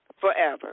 Forever